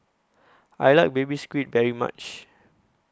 I like Baby Squid very much